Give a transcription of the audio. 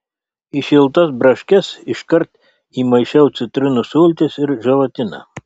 į šiltas braškes iškart įmaišau citrinų sultis ir želatiną